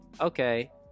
okay